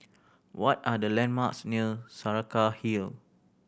what are the landmarks near Saraca Hill